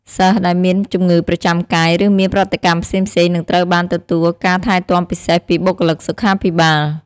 សិស្សដែលមានជំងឺប្រចាំកាយ ឬមានប្រតិកម្មផ្សេងៗនឹងត្រូវបានទទួលការថែទាំពិសេសពីបុគ្គលិកសុខាភិបាល។